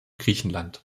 griechenland